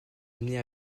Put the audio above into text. amené